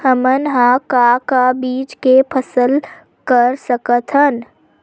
हमन ह का का बीज के फसल कर सकत हन?